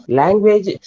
language